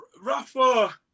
Rafa